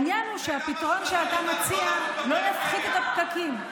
העניין הוא שהפתרון שאתה מציע לא יפחית את הפקקים.